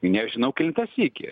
nežinau kelintą sykį